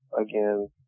again